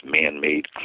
man-made